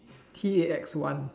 T A X one